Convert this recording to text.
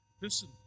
Listen